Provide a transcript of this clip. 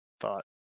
thought